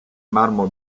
marmo